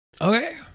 Okay